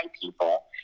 people